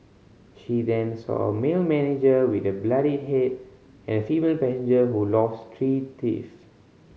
she then saw a male manager with a bloodied head and a female passenger who lost three teeth